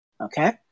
Okay